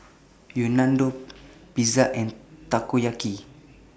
Unadon Pizza and Takoyaki